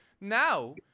Now